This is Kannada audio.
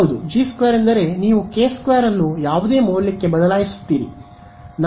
ಹೌದು ಜಿ 2 ಎಂದರೆ ನೀವು ಕೆ 2 ಅನ್ನು ಯಾವುದೇ ಮೌಲ್ಯಕ್ಕೆ ಬದಲಾಯಿಸುತ್ತೀರಿ